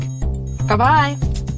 Bye-bye